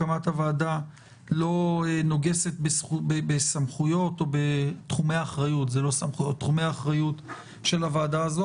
הקמת הוועדה לא נוגסת בתחומי האחריות של הוועדה הזו.